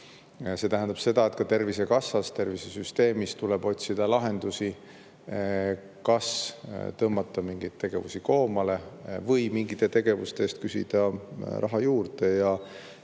See tähendab seda, et ka Tervisekassas, tervisesüsteemis tuleb otsida lahendusi – kas tõmmata mingeid tegevusi koomale või mingite tegevuste eest küsida raha juurde.